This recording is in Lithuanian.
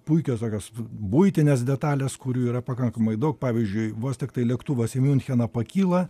puikios tokios buitinės detalės kurių yra pakankamai daug pavyzdžiui vos tiktai lėktuvas į miuncheną pakyla